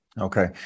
Okay